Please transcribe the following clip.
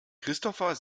christopher